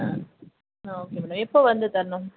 ஆ okay madam எப்போது வந்து தரணும்